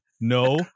No